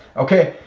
okay,